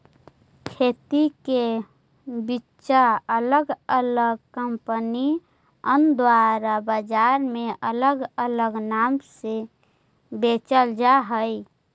खेती के बिचा अलग अलग कंपनिअन द्वारा बजार में अलग अलग नाम से बेचल जा हई